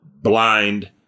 blind